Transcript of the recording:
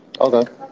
Okay